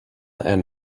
and